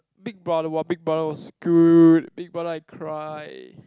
big-brother !wah! big-brother was good big-brother I cry